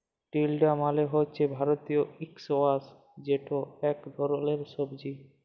তিলডা মালে হছে ভারতীয় ইস্কয়াশ যেট ইক ধরলের সবজি